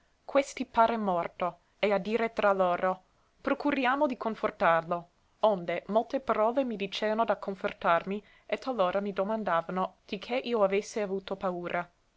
questi pare morto e a dire tra loro procuriamo di confortarlo onde molte parole mi diceano da confortarmi e talora mi domandavano di che io avesse avuto paura